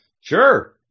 sure